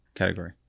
category